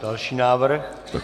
Další návrh.